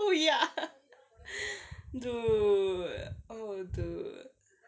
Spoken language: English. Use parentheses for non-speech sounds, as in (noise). oh ya (laughs) dude oh dude